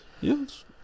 Yes